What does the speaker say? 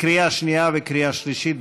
לקריאה שנייה וקריאה שלישית.